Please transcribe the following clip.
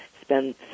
spend